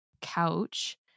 couch